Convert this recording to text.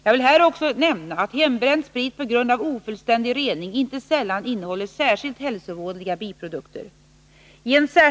Jag vill här också nämna att hembränd sprit på grund av ofullständig rening inte sällan innehåller särskilt hälsovådliga biprodukter.